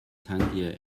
tangier